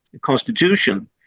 Constitution